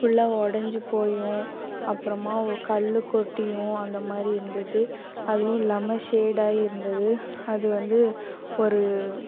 ஃபுல்லாக உடைஞ்சி போயும் அப்புறமா கல்லு கொட்டியும் அந்த மாதிரி இருந்தது அதுவும் இல்லாமல் ஷேடாய் இருந்தது அது வந்து ஒரு